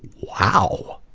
wow.